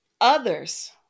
others